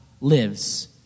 lives